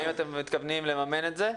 אם אתם מתכוונים לממן את זה,